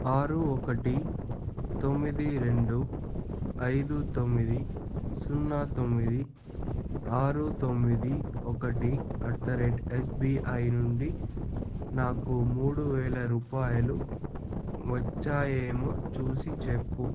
ఆరు ఒకటి తొమ్మిది రెండు ఐదు తొమ్మిది సున్నా తొమ్మిది ఆరు తొమ్మిది ఒకటి అట్ ద రేట్ ఎస్బీఐ నుండి నాకు మూడు వేల రూపాయలు వచ్చాయేమో చూసి చెప్పు